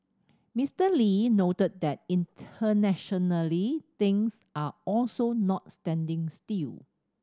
Mister Lee noted that internationally things are also not standing still